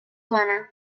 کنم